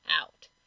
out